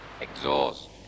exhaust